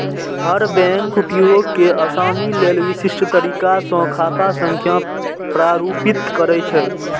हर bank उपयोग मे आसानी लेल विशिष्ट तरीका सं खाता संख्या प्रारूपित करै छै